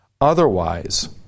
Otherwise